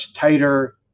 tighter